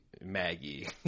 maggie